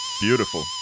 Beautiful